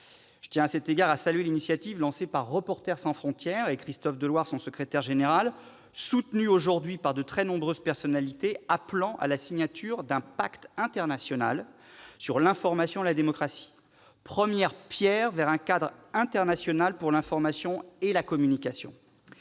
Je tiens à cet égard à saluer l'initiative lancée par Reporters sans frontières et son secrétaire général, Christophe Deloire, soutenu aujourd'hui par de très nombreuses personnalités, appelant à la signature d'un pacte international sur l'information et la démocratie, première pierre dans l'édification d'un cadre international pour l'information et la communication.